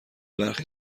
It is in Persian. برخی